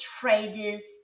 traders